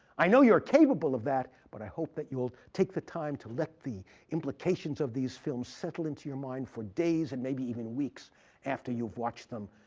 i know you're capable of that, but i hope that you'll take the time to let the implications of these films settle into your mind for days, and maybe even weeks after you've watched them.